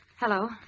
Hello